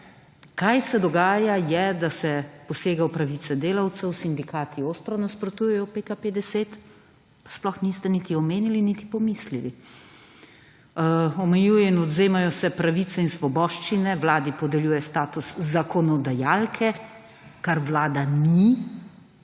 kaj se dogaja je, da se posega v pravice delavcev, sindikati ostro nasprotujejo PKP 10, pa sploh niste niti omenili niti pomislili. Omejuje in odvzemajo se pravice in svoboščine, Vladi podeljuje status zakonodajalke, kar Vlada ni in